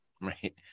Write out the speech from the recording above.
right